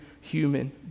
human